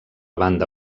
banda